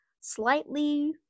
slightly